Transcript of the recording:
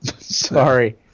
sorry